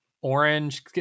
orange